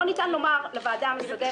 לא ניתן לומר לוועדה המסדרת,